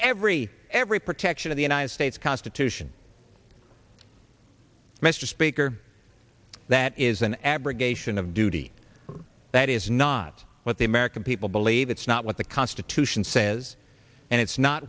every every protection of the united states constitution mr speaker that is an abrogation of duty that is not what the american people believe it's not what the constitution says and it's not